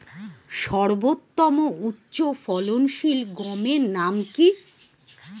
সর্বতম উচ্চ ফলনশীল গমের নাম কি?